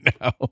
now